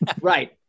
right